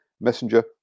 Messenger